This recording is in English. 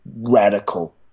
radical